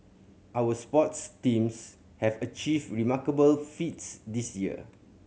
our sports teams have achieved remarkable feats this year